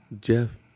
Jeff